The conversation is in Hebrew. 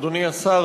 אדוני השר,